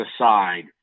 aside